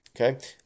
Okay